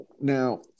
Now